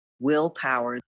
willpower